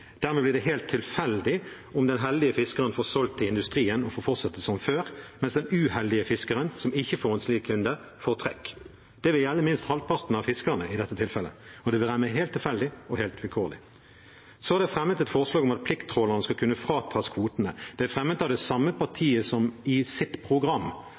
Dermed blir det helt tilfeldig om den heldige fiskeren får solgt til industrien og får fortsette som før, mens den uheldige fiskeren, som ikke får en slik kunde, får trekk. Det vil gjelde minst halvparten av fiskerne i dette tilfellet, og det vil ramme helt tilfeldig og helt vilkårlig. Så er det fremmet et forslag om at plikttrålerne skal kunne fratas kvotene. Det er fremmet av det samme partiet som i sitt program